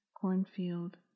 cornfield